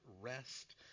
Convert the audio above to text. rest